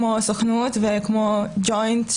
כמו הסוכנות וכמו הג'וינט,